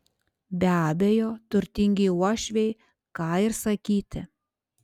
be abejo turtingi uošviai ką ir sakyti